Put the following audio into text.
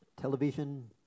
television